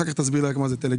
אחר כך תסביר לי מה זה טלגרם.